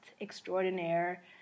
extraordinaire